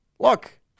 Look